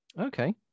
okay